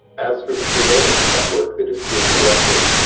as for the surveillance network that is being erected,